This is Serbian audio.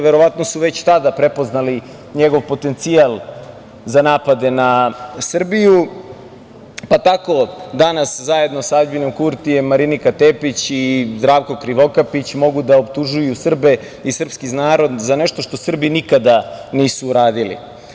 Verovatno su već tada prepoznali njegov potencijal za napade na Srbiju, pa tako danas zajedno sa Aljbinom Kurtijem Marinika Tepić i Zdravko Krivokapić mogu da optužuju Srbe i srpski narod za nešto što Srbi nikada nisu uradili.